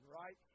right